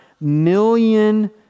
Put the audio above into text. million